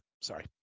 sorry